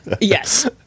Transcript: Yes